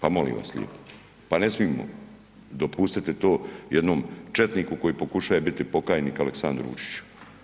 Pa molim vas lijepo, pa ne smijemo dopustiti to jednom četniku koji pokušaje biti pokajnik, Aleksandru Vučiću.